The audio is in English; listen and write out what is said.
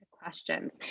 Questions